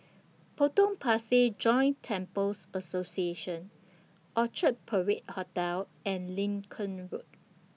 Potong Pasir Joint Temples Association Orchard Parade Hotel and Lincoln Road